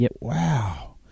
Wow